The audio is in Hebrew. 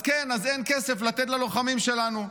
אז כן, אין כסף לתת ללוחמים שלנו,